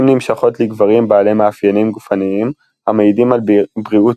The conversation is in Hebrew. נמשכות לגברים בעלי מאפיינים גופניים המעידים על בריאות